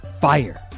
Fire